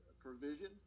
provision